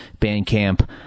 Bandcamp